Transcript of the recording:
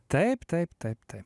taip taip taip taip